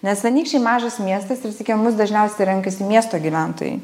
nes anykščiai mažas miestas ir sakykim mus dažniausiai renkasi miesto gyventojai